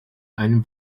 einem